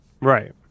right